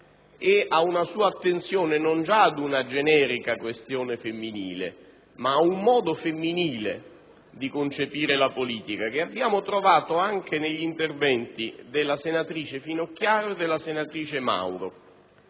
e a una sua attenzione non già ad una generica questione femminile, ma ad un modo femminile di concepire la politica che abbiamo trovato anche negli interventi delle senatrici Finocchiaro e Mauro,